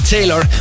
Taylor